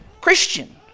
Christian